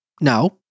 now